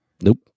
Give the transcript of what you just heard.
Nope